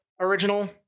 Original